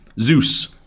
Zeus